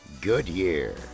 Goodyear